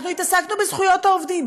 אנחנו התעסקנו בזכויות העובדים,